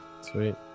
Sweet